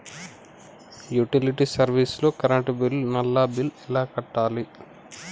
Utility service లో current bill, నల్లా bill ఎలా కట్టాలి?